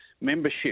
membership